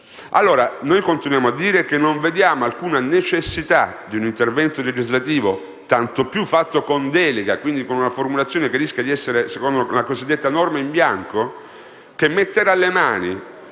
Noi continuiamo a dire che non vediamo alcuna necessità di un intervento legislativo, tanto più fatto con delega e, quindi, con una formulazione che rischia di essere una norma in bianco, che metterà le mani